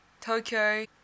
Tokyo